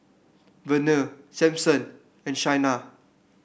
Verner Sampson and Shaina